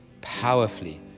powerfully